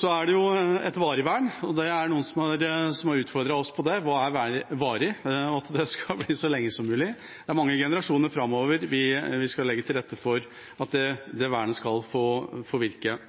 Så er det noe som heter «varig vern», og noen har utfordret oss på det, hva «varig» betyr, og at det skal bli så lenge som mulig. Vi skal legge til rette for at det vernet skal få virke i mange generasjoner